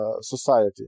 society